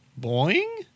Boing